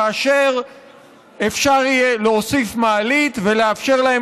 כאשר אפשר יהיה להוסיף מעלית ולאפשר להם